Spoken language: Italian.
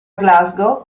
glasgow